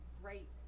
great